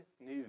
news